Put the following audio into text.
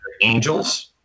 angels